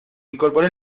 incorporé